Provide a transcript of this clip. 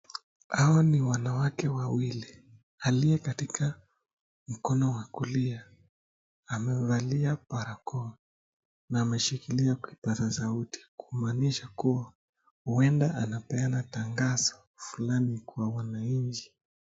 Hawa ni wanawake wawili, aliyekatika mkono wa kulia. Amevalia barakoa na ameshikilia kipasa sauti, kumaanisa kuwa, huenda anapeana tangazo fulani kwa wananchi.